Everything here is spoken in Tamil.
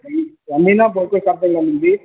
ம் வந்தீன்னா இப்போ ஒர்க்கவுட் ஸ்டார்ட் பண்ணிடலாம் தம்பி